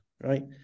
right